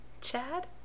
Chad